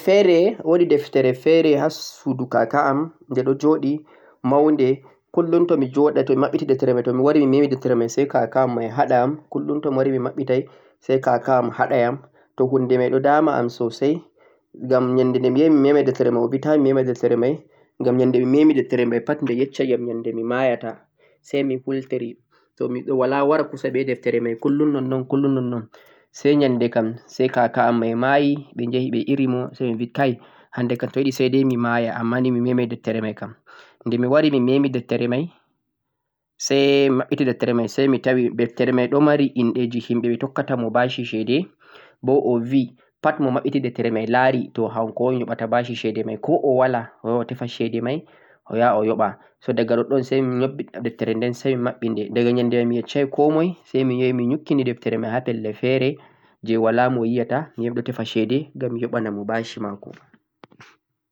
nyannde feere, woodi deftere feere ha suudu kaaka am, jee ɗo jooɗi, mawnde, 'kullum' to mi joɗo to mi maɓɓiti deftere may to mi wari mi memi deftere may say kaaka am may haɗa am, 'kullum' to mi wari mi maɓɓitay say kaaka yam haɗa yam, to huunde may ɗo dama yam soosay, ngam nyannde de mi yahi mi memay deftere may o bi ta mi mema defeere may, ngam nyannde mi memi deftere may pat o yeccay yam nyannde mi mayata. Say mi hultiri mi walaa wara 'kusa' be deftere may 'kullum' nonnon 'kullum' nonnon, say nyannde kam say kaaka am may mayi, ɓe jahi ɓe iri mo say mi bi hannde kam to yiɗi say day mi maya ammaaa ni mi memay deftere may kam, nde mi wari mi memi deftere may say mi maɓɓiti deftere may say mi tawi deftere may ɗo mari inndeji himɓe ɓe tokkata mo 'bashi' ceede, bo o bi pat mo maɓɓiti defeere may laari hanko on yoɓata 'bashi' ceede may ko o walaa o yaha o tefa ceede may o yaha o yaɓa, so, diga nonnon say ƴobbi deftere den say mi maɓɓi de, diga nyannde may mi yecca ko moy say mi yahi mi ƴukkini defeere may ha pelle feere jee walaa mo yiyata, mi yahi mi ɗo tefa ceede ngam mi yoɓanamo 'bashi' maako.